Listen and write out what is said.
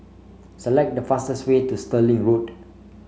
select the fastest way to Stirling Road